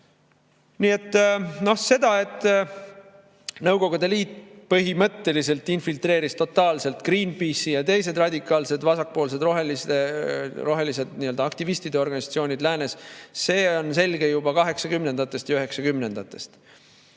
No seda, et Nõukogude Liit põhimõtteliselt infiltreeris totaalselt Greenpeace'i ja teised radikaalsed vasakpoolsed rohelised aktivistide organisatsioonid läänes, see on selge juba 1980‑ndatest